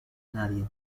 nadie